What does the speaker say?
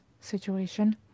situation